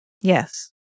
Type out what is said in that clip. Yes